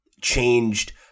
changed